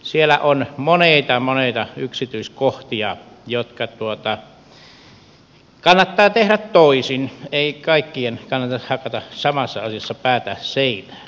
siellä on monia monia yksityiskohtia jotka kannattaa tehdä toisin ei kaikkien kannata hakata samassa asiassa päätä seinään